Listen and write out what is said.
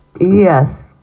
yes